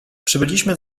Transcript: przybyliśmy